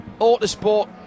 Autosport